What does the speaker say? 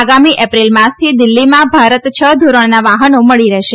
આગામી અપ્રિલ માસથી દિલ્હીમાં ભારત છ ધોરણોનાં વાહનો મળી રહેશે